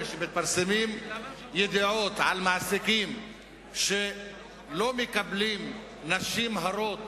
כשמתפרסמות ידיעות על מעסיקים שלא מקבלים נשים הרות